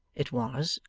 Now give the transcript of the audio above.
it was,